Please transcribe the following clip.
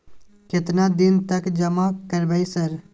केतना दिन तक जमा करबै सर?